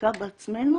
בדיקה בעצמנו?